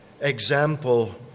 example